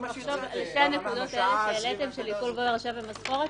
ובשתי הנקודות שהעליתם של עיקול עובר ושב ומשכורת,